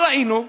מה ראינו?